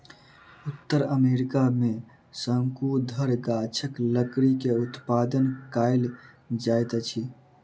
उत्तर अमेरिका में शंकुधर गाछक लकड़ी के उत्पादन कायल जाइत अछि